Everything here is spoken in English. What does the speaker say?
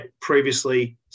previously